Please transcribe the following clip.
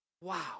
Wow